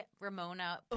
Ramona